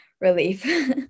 relief